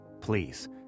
please